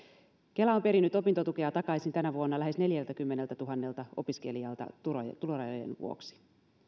kela on perinyt opintotukea takaisin tänä vuonna lähes neljältäkymmeneltätuhannelta opiskelijalta tulorajojen tulorajojen vuoksi